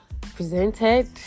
presented